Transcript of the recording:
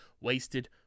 Wasted